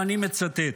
ואני מצטט: